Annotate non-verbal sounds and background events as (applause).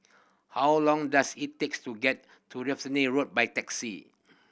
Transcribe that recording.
how long does it takes to get to (unintelligible) Road by taxi